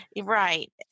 Right